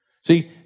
See